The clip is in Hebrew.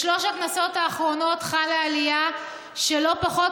בשלוש הכנסות האחרונות חלה עלייה של לא פחות